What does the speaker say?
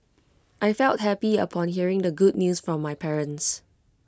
I felt happy upon hearing the good news from my parents